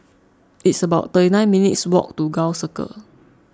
it's about thirty nine minutes' walk to Gul Circle